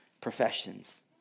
professions